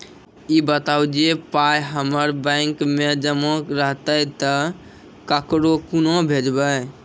ई बताऊ जे पाय हमर बैंक मे जमा रहतै तऽ ककरो कूना भेजबै?